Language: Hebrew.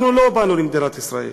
אנחנו לא באנו למדינת ישראל.